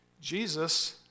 Jesus